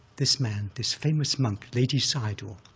this man, this famous monk, ledi sayadaw,